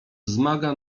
wzmaga